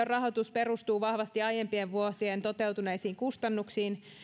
rahoitus perustuu vahvasti aiempien vuosien toteutuneisiin kustannuksiin